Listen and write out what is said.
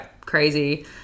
crazy